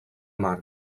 mar